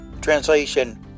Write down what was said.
Translation